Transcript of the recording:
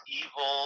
evil